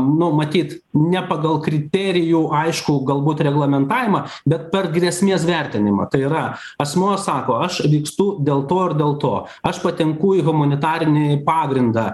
nu matyt ne pagal kriterijų aišku galbūt reglamentavimą bet per grėsmės vertinimą tai yra asmuo sako aš vykstu dėl to ir dėl to aš patenku į humanitarinį pagrindą